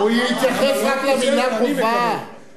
הוא התייחס רק למלה "חובה", לא לרעיון.